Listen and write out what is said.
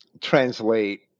translate